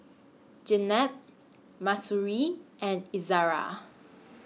Jenab Mahsuri and Izara